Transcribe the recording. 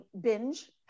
binge